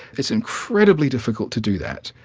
it's incredibly difficult to do that.